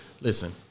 listen